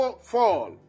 Fall